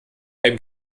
einem